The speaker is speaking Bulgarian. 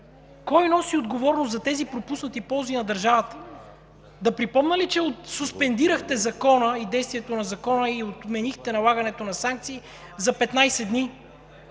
Кой носи отговорност за тези пропуснати ползи на държавата? Да припомня ли, че суспендирахте Закона и действието на Закона, и отменихте налагането на санкции за 15 дни?